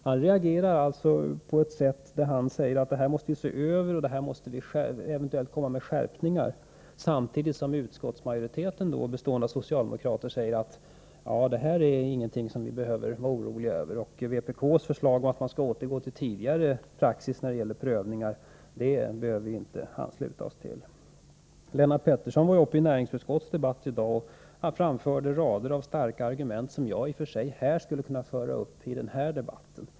Han reagerar alltså så att han säger att vi måste se över detta och eventuellt komma med skärpningar, samtidigt som utskottsmajoriteten bestående av socialdemokrater säger: Detta är ingenting som vi behöver vara oroliga över, och vpk:s förslag om att vi skall återgå till tidigare praxis när det gäller prövningar behöver vi inte ansluta oss till. Lennart Pettersson var uppe i näringsutskottets debatt i dag, och han framförde rader av starka argument som jag i och för sig skulle kunna ta upp i den här debatten.